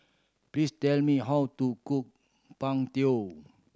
please tell me how to cook png